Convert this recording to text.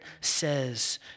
says